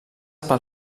pel